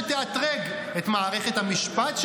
שתאתרג את מערכת המשפט,